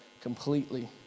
completely